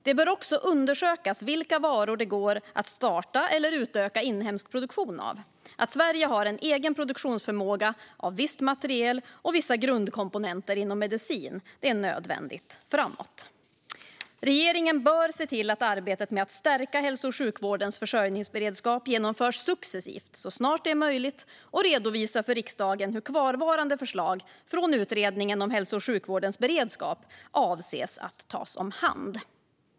Det bör också undersökas vilka varor det går att starta eller utöka inhemsk produktion av. Att Sverige har en egen produktionsförmåga av viss materiel och vissa grundkomponenter inom medicin är nödvändigt framåt. Regeringen bör se till att arbetet med att stärka hälso och sjukvårdens försörjningsberedskap genomförs successivt så snart det är möjligt och redovisa för riksdagen hur kvarvarande förslag från Utredningen om hälso och sjukvårdens beredskap avses att tas om hand.